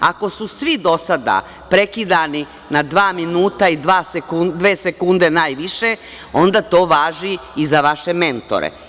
Ako su svi do sada prekidani na dva minuta i dve sekunde najviše, onda to važi i za vaše mentore.